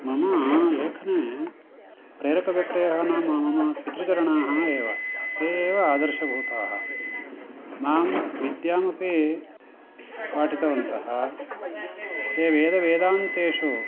मम लेखने प्रेरकव्यक्तयः नाम मम पितृचरणाः एव ते एव आदर्शभूताः मां विद्यामपि पाठितवन्तः ते वेदवेदान्तेषु